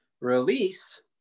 release